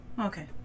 Okay